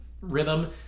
rhythm